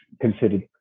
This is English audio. considered